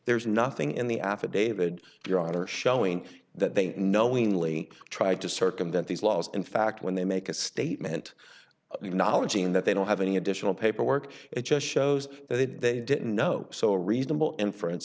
there's nothing in the affidavit your honor showing that they knowingly tried to circumvent these laws in fact when they make a statement you knowledge in that they don't have any additional paperwork it just shows that they didn't know so a reasonable inference